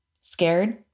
Scared